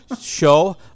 show